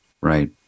Right